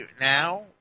now